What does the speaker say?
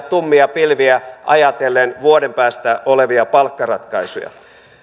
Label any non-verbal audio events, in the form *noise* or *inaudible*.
*unintelligible* tummia pilviä ajatellen vuoden päästä olevia palkkaratkaisuja